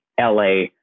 LA